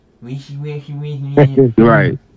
Right